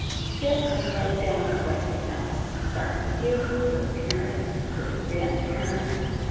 sit and write down what you know, start with you, your parents, your grandparents,